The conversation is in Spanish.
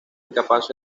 incapaces